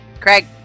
Craig